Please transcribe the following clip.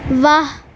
واہ